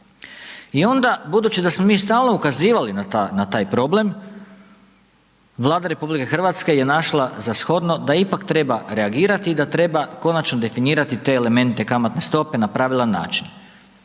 I onda budući da smo mi stalno ukazivali na taj problem Vlada RH je našla za shodno da ipak treba reagirati i da treba konačno definirati te elemente kamatne stope na pravila način.